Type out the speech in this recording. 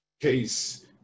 case